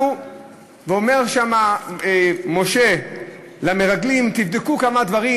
ואומר שם משה למרגלים: תבדקו כמה דברים,